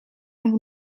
amb